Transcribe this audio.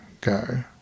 go